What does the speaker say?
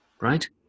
right